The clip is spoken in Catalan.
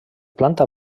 planta